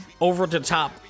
over-the-top